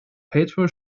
patrol